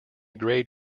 grade